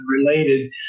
related